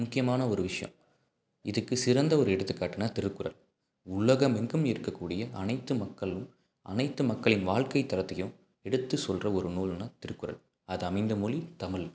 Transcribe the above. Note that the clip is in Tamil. முக்கியமான ஒரு விஷயம் இதுக்கு சிறந்த ஒரு எடுத்துக்காட்டுன்னா திருக்குறள் உலகம் எங்கும் இருக்கக்கூடிய அனைத்து மக்களும் அனைத்து மக்களின் வாழ்க்கை தரத்தையும் எடுத்து சொல்கிற ஒரு நூலுனா திருக்குறள் அது அமைந்த மொழி தமிழ்